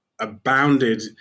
abounded